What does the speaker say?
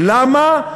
למה?